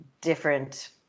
different